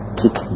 kick